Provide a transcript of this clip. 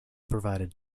provided